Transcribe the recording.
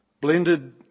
blended